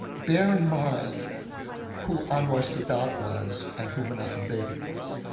bear in mind who anwar sadat was and who menachem begin was.